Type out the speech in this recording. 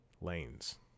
lanes